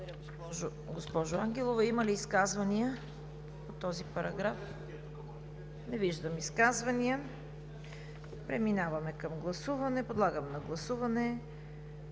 госпожо Ангелова. Има ли изказвания по този параграф? Не виждам. Преминаваме към гласуване. Подлагам на гласуване